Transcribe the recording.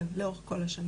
כן, לאורך כל השנה.